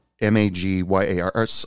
M-A-G-Y-A-R